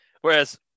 Whereas